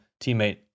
teammate